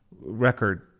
record